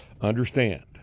understand